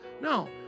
No